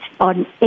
On